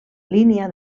línia